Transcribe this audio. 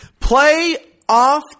Playoff